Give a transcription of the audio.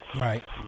Right